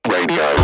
Radio